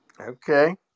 Okay